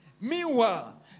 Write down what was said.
Meanwhile